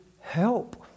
help